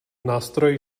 nástroje